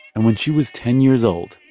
and when she was ten years old.